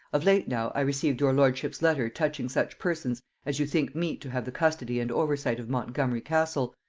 of late now i received your lordship's letter touching such persons as you think meet to have the custody and oversight of montgomery castle,